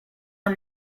are